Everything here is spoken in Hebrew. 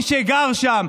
תתקעו את מי שגר שם,